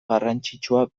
garrantzitsua